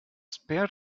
spared